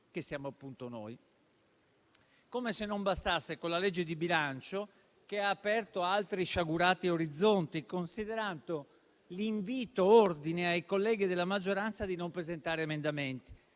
che siamo appunto noi. Come se non bastasse, ciò a fronte di una legge di bilancio che ha aperto altri sciagurati orizzonti, considerato l'invito-ordine ai colleghi della maggioranza di non presentare emendamenti,